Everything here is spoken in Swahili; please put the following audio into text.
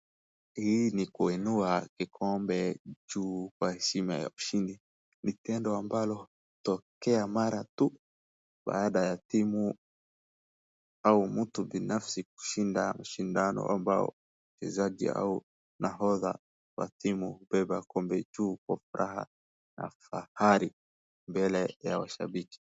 Hii ni kuinua kikombe juu kwa hesima ya ushindi. Ni tendo ambalo hutokea mara tu baada ya timu au mtu binafsi kushinda shindano ambao wachezaji hao au nahodha wa timu kubeba kombe juu kwa furaha na fahari mbele ya mashabiki.